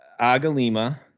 agalima